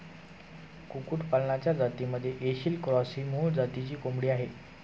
कुक्कुटपालनाच्या जातींमध्ये ऐसिल क्रॉस ही मूळ जातीची कोंबडी आहे